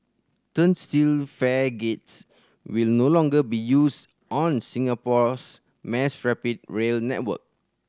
turnstile fare gates will no longer be used on Singapore's mass rapid rail network